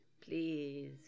Please